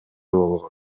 болгон